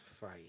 fight